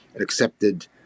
accepted